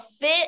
fit